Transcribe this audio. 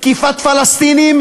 תקיפת פלסטינים,